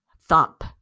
thump